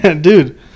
dude